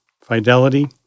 fidelity